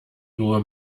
nur